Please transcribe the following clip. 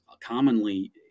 commonly